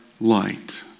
light